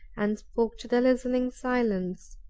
and spoke to the listening silence,